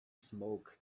smoke